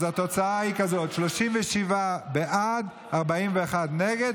אז התוצאה היא כזאת: 37 בעד, 41 נגד.